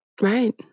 Right